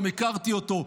גם הכרתי אותו,